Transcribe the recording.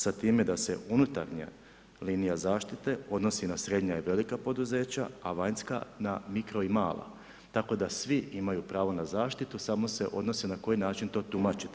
Sa time da se unutarnja linija zaštite odnosi na srednja i velika poduzeća, a vanjska na mikro i mala, tako da svi imaju pravo na zaštitu samo se odnosi na koji načini to tumačite.